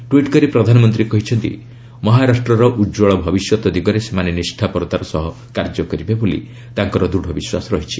tweet କରି ପ୍ରଧାନମନ୍ତ୍ରୀ କହିଛନ୍ତି ମହାରାଷ୍ଟ୍ରର ଉଜ୍ଜଳ ଭବିଷ୍ୟତ ଦିଗରେ ସେମାନେ ନିଷ୍ଣାପରତାର ସହ କାର୍ଯ୍ୟ କରିବେ ବୋଲି ତାଙ୍କର ଦୂଢ଼ ବିଶ୍ୱାସ ରହିଛି